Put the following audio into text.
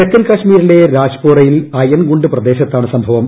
തെക്കൻ കാശ്മീരിലെ രാജ്ട്പോരയിൽ അയൻഗുണ്ട് പ്രദേശത്താണ് സംഭവം